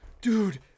dude